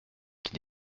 qui